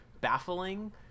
baffling